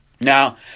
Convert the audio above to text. Now